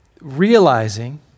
realizing